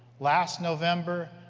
last november,